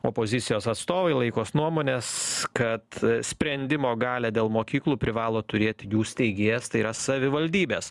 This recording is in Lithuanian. opozicijos atstovai laikos nuomonės kad sprendimo galią dėl mokyklų privalo turėti jų steigėjas tai yra savivaldybės